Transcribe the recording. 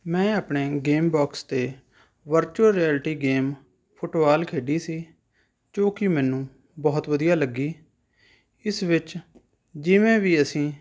ਮੈਂ ਆਪਣੇ game box 'ਤੇ ਵਰਚੁਅਲ ਰਿਐਲਿਟੀ ਗੇਮ ਫੁੱਟਬਾਲ ਖੇਡੀ ਸੀ ਜੋ ਕਿ ਮੈਨੂੰ ਬਹੁਤ ਵਧੀਆ ਲੱਗੀ ਇਸ ਵਿੱਚ ਜਿਵੇਂ ਵੀ ਅਸੀਂ